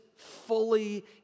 fully